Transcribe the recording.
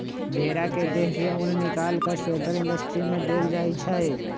भेड़ा के देह से उन् निकाल कऽ स्वेटर इंडस्ट्री में देल जाइ छइ